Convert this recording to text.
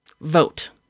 Vote